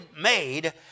made